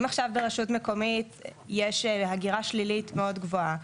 אם עכשיו ברשות מקומית יש הגירה שלילית מאוד גבוהה,